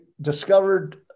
discovered